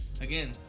again